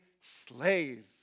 slave